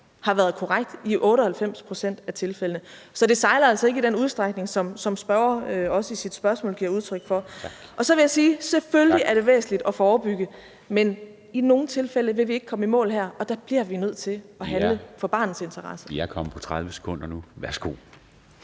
har været korrekt i 98 pct. af tilfældene. Så det sejler altså ikke i den udstrækning, som spørgeren også i sit spørgsmål giver udtryk for. (Formanden (Henrik Dam Kristensen): Tak!). Så vil jeg sige, at det selvfølgelig er væsentligt at forebygge, men i nogle tilfælde vil vi ikke komme i mål her, og der bliver vi nødt til at handle i barnets interesse. Kl. 13:31 Formanden (Henrik